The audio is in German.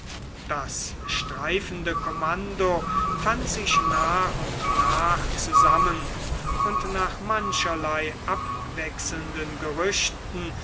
das streifende kommando fand sich nach und nach zusammen und nach mancherlei abwechselnden gerüchten